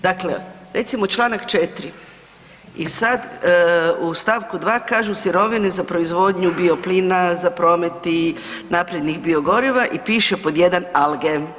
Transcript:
Dakle, recimo čl. 4. i sad u st. 2. kažu, sirovine za proizvodnju bioplina, za promet i naprednih biogoriva i piše pod jedan alge.